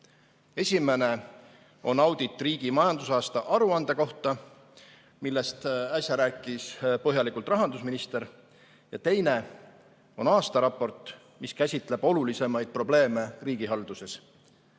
Esimene on audit riigi majandusaasta aruande kohta, millest äsja rääkis põhjalikult rahandusminister, ja teine on aastaraport, mis käsitleb olulisemaid probleeme riigihalduses.